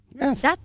Yes